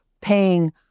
paying